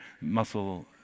muscle